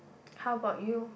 how about you